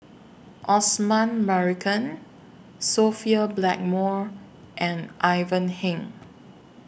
Osman Merican Sophia Blackmore and Ivan Heng